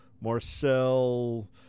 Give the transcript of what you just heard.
Marcel